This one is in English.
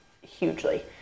hugely